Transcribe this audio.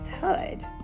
hood